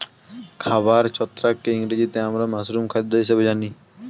খাবার ছত্রাককে ইংরেজিতে আমরা মাশরুম খাদ্য হিসেবে জানি